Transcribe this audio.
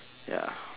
ya